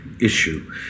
issue